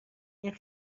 این